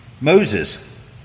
Moses